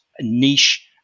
niche